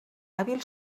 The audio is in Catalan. hàbil